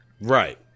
Right